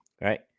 Right